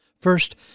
first